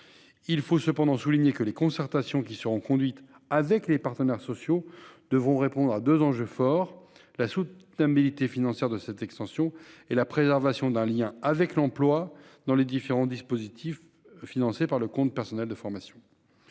Il faut cependant souligner que les concertations qui seront conduites avec les partenaires sociaux devront répondre à deux enjeux forts : la soutenabilité financière de cette extension et la préservation d'un lien avec l'emploi dans les dispositifs financés par le CPF. Le troisième enjeu